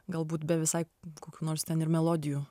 galbūt be visai kokių nors ten ir melodijų